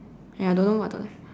ya I don't know what to